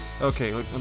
Okay